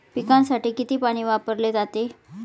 पिकांसाठी किती पाणी वापरले जाते?